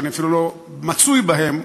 שאני אפילו לא מצוי בהם,